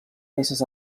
peces